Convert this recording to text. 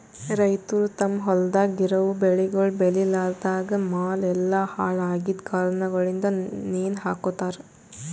ರೈತುರ್ ತಮ್ ಹೊಲ್ದಾಗ್ ಇರವು ಬೆಳಿಗೊಳ್ ಬೇಳಿಲಾರ್ದಾಗ್ ಮಾಲ್ ಎಲ್ಲಾ ಹಾಳ ಆಗಿದ್ ಕಾರಣಗೊಳಿಂದ್ ನೇಣ ಹಕೋತಾರ್